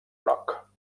groc